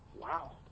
Wow